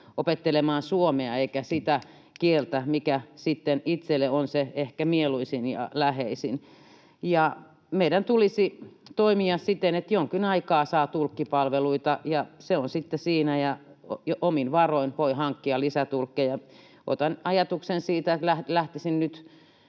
opettelemaan suomea eikä sitä kieltä, mikä sitten itselle on se ehkä mieluisin ja läheisin. Lisäksi meidän tulisi toimia siten, että jonkin aikaa saa tulkkipalveluita ja se on sitten siinä, ja omin varoin voi hankkia lisää tulkkeja. Otan esimerkin, että lähtisin nyt